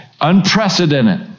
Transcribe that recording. unprecedented